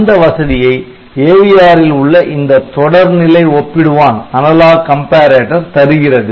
அந்த வசதியை AVR ல் உள்ள இந்த தொடர்நிலை ஒப்பிடுவான் தருகிறது